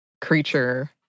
creature